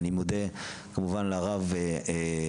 אני מודה כמובן לרב רוז'ה,